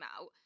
out